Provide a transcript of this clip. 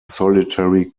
solitary